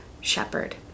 shepherd